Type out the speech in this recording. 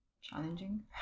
Challenging